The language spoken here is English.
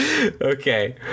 Okay